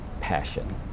passion